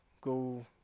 go